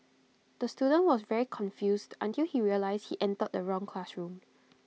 the student was very confused until he realised he entered the wrong classroom